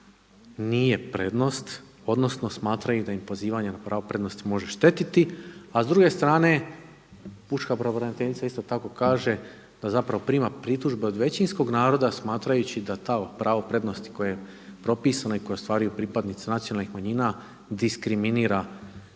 nije prednost, odnosno smatraju da im pozivanje na pravo prednosti može štetiti. A s druge strane pučka pravobraniteljica isto tako kaže da prima pritužbe od većinskog naroda smatrajući da to pravo prednosti koje je propisano i koje ostvaruju pripadnici nacionalnih manjina diskriminira većinski